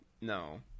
no